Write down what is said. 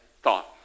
Thought